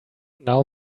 now